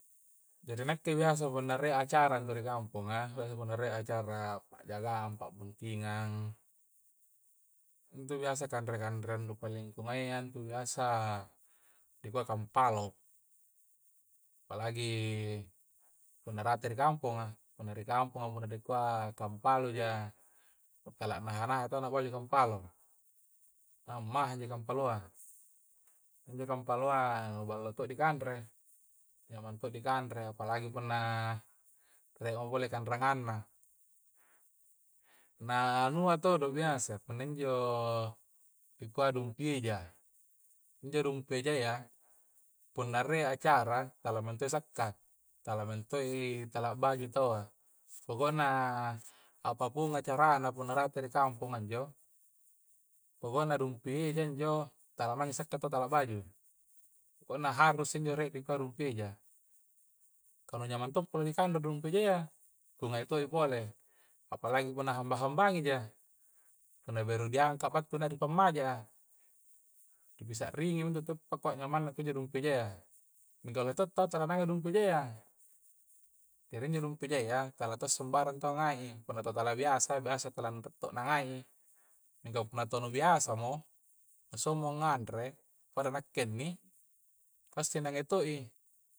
Jari nakke biasa punna rie acara intu ri kampongan punna biasa rie acara pa'jaga pa'buntingang intu biasa kanre-kanrean ngu paling kungaea intu biasa kampalo. palagi punna rate ri kamponga punna rie kampongan punna di kua kampola ja nu tala naha-naha to baju kampalo na mahe' injo kampola a injo kampaloa nu ballo to di kanre nyamanto di kanre apalagi punna rie mo pole kangranganna na anui todo punna injo dikuai dumpi eja injo dumpi eja yya punna rie acara tala minto i sakka, tala minto i tala baju toa pokokna apapun acarana punna rate ri kamponga injo pokok na dumpi eja injo tala mae intu sakka tala baju punna harus intu rie dikuai dumpi eja kah nyaman minto i punna di kanre dumpi eja ya. kungai to pole, apalagi punna hambang-hambangi ja punna beru diangka battu na di pamajja'a di sa'ringi mi intu teppa kua nyamanna intu dumpi eja ya mingka lohe to tau tala na ngae dumpi eja ya jari intu dumpi eja ya tala to' sambarang tu ngaei punna to tala biasa biasa tala to tta na ngaei, mingka tolo biasa mo asongo nganre punna nakke inni pasti na ngae toi